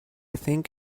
think